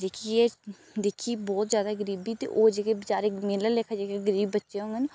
दिक्खियै दिक्खी बहोत जादा गरीबी ते ओह् जेह्के बेचारे मेरे आह्ले लेखा जेह्के गरीब बच्चे होङन